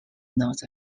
not